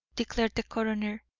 declared the coroner.